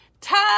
Time